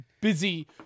busy